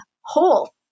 whole